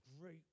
great